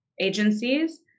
agencies